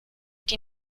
die